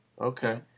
Okay